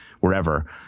wherever